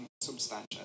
substantial